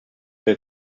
que